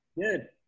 Good